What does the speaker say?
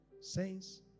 saints